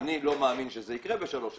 אני לא מאמין שזה יקרה בשלוש שנים,